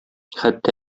хәтта